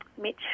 Mitch